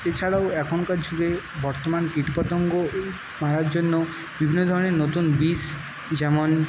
এছাড়াও এখনকার যুগে বর্তমান কীটপতঙ্গ মারার জন্য বিভিন্ন ধরনের নতুন বীজ যেমন